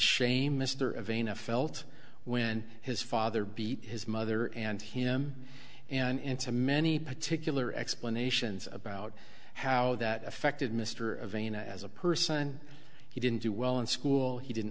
shame mr again of felt when his father beat his mother and him and to many particular explanations about how that affected mr vane as a person he didn't do well in school he didn't